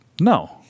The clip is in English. No